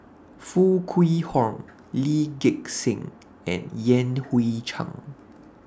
Foo Kwee Horng Lee Gek Seng and Yan Hui Chang